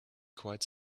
quite